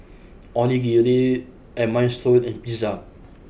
Onigiri and Minestrone and Pizza